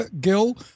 Gill